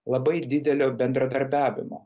labai didelio bendradarbiavimo